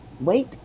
wait